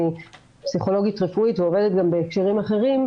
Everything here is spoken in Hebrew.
אני פסיכולוגית רפואית ועובדת גם בהקשרים אחרים,